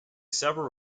several